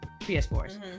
PS4s